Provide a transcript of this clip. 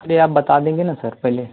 अरे आप बता देंगे न सर पहले